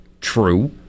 true